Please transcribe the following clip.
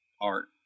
art